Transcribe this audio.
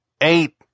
eight